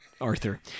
arthur